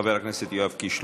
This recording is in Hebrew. חבר הכנסת יואב קיש,